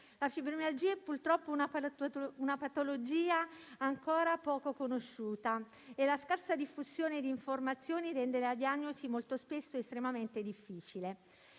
La fibromialgia è purtroppo una patologia ancora poco conosciuta e la scarsa diffusione di informazioni rende la diagnosi molto spesso estremamente difficile;